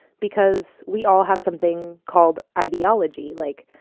because we all have something called ideology, like,